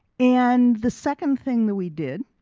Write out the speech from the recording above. and the second thing that we did